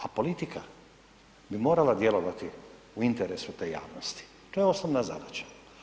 A politika bi morala djelovati u interesu te javnosti, to je osnovna zadaća.